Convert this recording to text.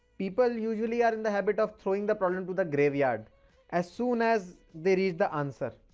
people, usually, are in the habit of throwing the problem to the graveyard as soon as they reach the answer.